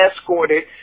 escorted